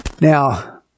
Now